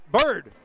Bird